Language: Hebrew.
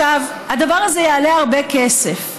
הדבר הזה יעלה הרבה כסף,